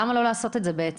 למה לא לעשות את זה בעצם?